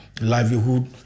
livelihood